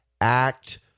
act